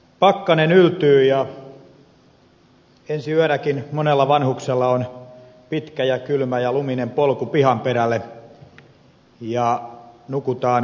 pakkanen yltyy ja ensi yönäkin monella vanhuksella on pitkä ja kylmä ja luminen polku pihan perälle ja nukutaan potta sängyn alla